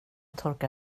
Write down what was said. torka